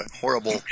horrible